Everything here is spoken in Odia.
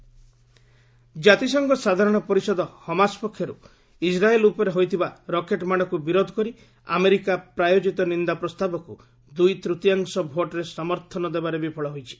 ୟୁଏନ୍ ହମାସ୍ ଜାତିସଂଘ ସାଧାରଣ ପରିଷଦ ହମାସ ପକ୍ଷରୁ ଇସ୍ରାଏଲ୍ ଉପରେ ହୋଇଥିବା ରକେଟ ମାଡ଼କୁ ବିରୋଧ କରି ଆମେରିକା ପ୍ରାୟୋଜିତ ନିନ୍ଦା ପ୍ରସ୍ତାବକୁ ଦୁଇ ତୃତୀୟାଂଶ ଭୋଟ୍ରେ ସମର୍ଥନ ଦେବାରେ ବିଫଳ ହୋଇଛି